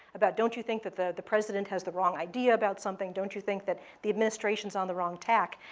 about, don't you think that the the president has the wrong idea about something? don't you think that the administration's on the wrong tack?